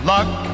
Luck